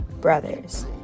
brothers